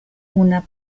una